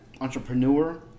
entrepreneur